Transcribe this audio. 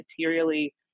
materially